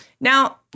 Now